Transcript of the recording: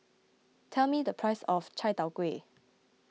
tell me the price of Chai Tow Kuay